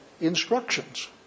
instructions